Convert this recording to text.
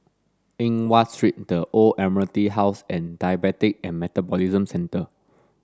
Eng Watt Street The Old Admiralty House and Diabetes and Metabolism Centre